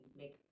make